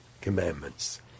commandments